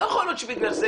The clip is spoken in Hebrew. לא יכול להיות שבגלל זה,